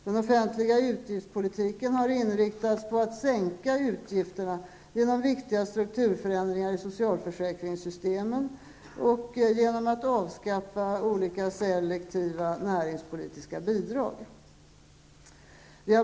Den offentliga utgiftspolitiken har inriktats på att sänka utgifterna genom viktiga strukturförändringar i socialförsäkringssystemen och genom att avskaffa olika selektiva näringspolitiska bidrag.